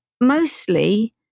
mostly